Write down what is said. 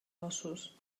ossos